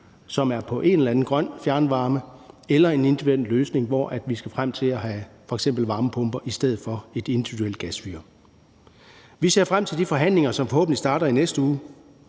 som er en eller anden grøn form for fjernvarme, eller en individuel løsning, hvor vi skal frem til at have f.eks. varmepumper i stedet for et individuelt gasfyr. Vi ser frem til de forhandlinger, som forhåbentlig starter i næste uge,